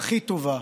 הכי טובה,